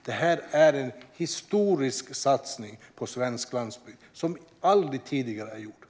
Detta är en historisk satsning på svensk landsbygd som aldrig tidigare har gjorts.